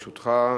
ברשותך,